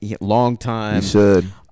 longtime